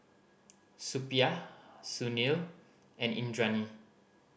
Suppiah Sunil and Indranee